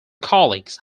colleagues